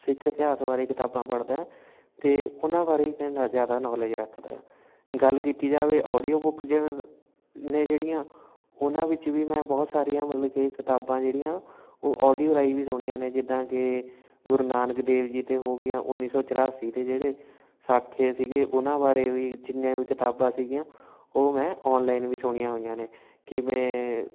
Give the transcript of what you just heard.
ਸਿੱਖ ਇਤਿਹਾਸ ਬਾਰੇ ਕਿਤਾਬਾਂ ਪੜ੍ਹਦਾ ਐਂ ਅਤੇ ਉਹਨਾਂ ਬਾਰੇ ਹੀ ਮੈਂ ਨਾ ਜ਼ਿਆਦਾ ਨੌਲੇਜ ਰੱਖਦਾ ਗੱਲ ਕੀਤੀ ਜਾਵੇ ਓਡੀਓ ਬੁੱਕ ਜ ਨੇ ਜਿਹੜੀਆਂ ਉਹਨਾਂ ਵਿੱਚ ਵੀ ਮੈਂ ਬਹੁਤ ਸਾਰੀਆਂ ਮਤਲਬ ਕਿ ਕਿਤਾਬਾਂ ਜਿਹੜੀਆਂ ਉਹ ਓਡੀਓ ਰਾਹੀਂ ਵੀ ਸੁਣੀਆਂ ਨੇ ਜਿੱਦਾਂ ਕਿ ਗੁਰੂ ਨਾਨਕ ਦੇਵ ਜੀ 'ਤੇ ਹੋਗੀਆਂ ਉੱਨੀ ਸੌ ਚੁਰਾਸੀ 'ਤੇ ਜਿਹੜੇ ਸਾਕੇ ਸੀਗੇ ਉਹਨਾਂ ਬਾਰੇ ਵੀ ਜਿੰਨੀਆਂ ਵੀ ਕਿਤਾਬਾਂ ਸੀਗੀਆਂ ਉਹ ਮੈਂ ਔਨਲਾਈਨ ਵੀ ਸੁਣੀਆਂ ਹੋਈਆਂ ਨੇ ਕਿਵੇਂ